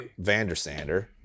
Vandersander